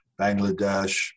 Bangladesh